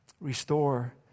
Restore